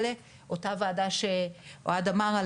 אותה ועדה שאוהד ציין.